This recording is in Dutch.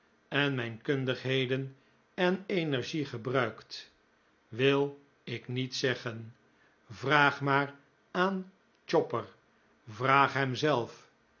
en mijn kundigheden en energie gebruikt wil ik niet zeggen vraag maar aan chopper vraag hemzelf